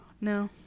No